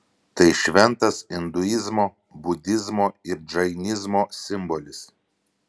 tai šventas induizmo budizmo ir džainizmo simbolis